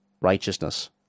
righteousness